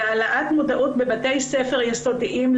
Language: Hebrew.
וזה על-מנת להעלות מודעות בבתי ספר יסודיים,